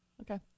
Okay